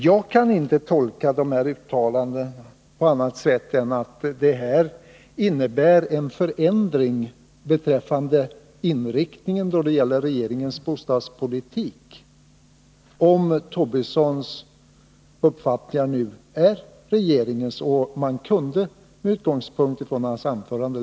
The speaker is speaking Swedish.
Jag kan inte tolka de här uttalandena på annat sätt än att de innebär en förändring av inriktningen då det gäller regeringens bostadspolitik — om nu Lars Tobissons uppfattning också är regeringens, och det kunde man ganska klart läsa in i hans anförande.